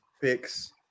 fix